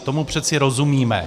Tomu přece rozumíme.